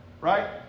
Right